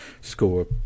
score